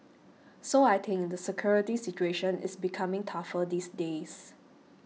so I think the security situation is becoming tougher these days